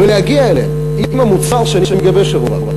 ולהגיע אליהם עם המוצר שאני מגבש עבורם.